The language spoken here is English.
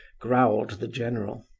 growled the general.